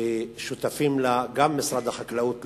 ששותפים לה גם משרד החקלאות,